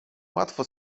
łatwo